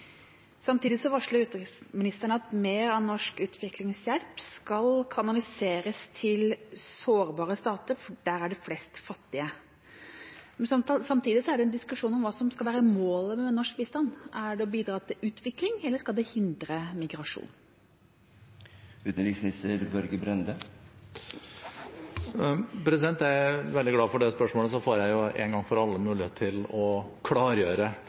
Samtidig varsler utenriksministeren at mer av norsk utviklingshjelp skal kanaliseres til sårbare stater, for der er det flest fattige. Men samtidig er det en diskusjon om hva som skal være målet med norsk bistand. Er det å bidra til utvikling eller skal det hindre migrasjon? Jeg er veldig glad for det spørsmålet. Da får jeg en gang for alle mulighet til å klargjøre